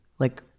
like,